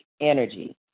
energy